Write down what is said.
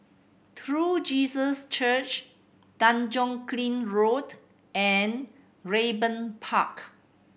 True Jesus Church Tanjong Kling Road and Raeburn Park